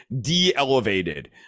de-elevated